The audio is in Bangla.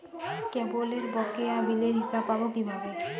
কেবলের বকেয়া বিলের হিসাব পাব কিভাবে?